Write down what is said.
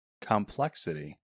complexity